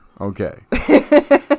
Okay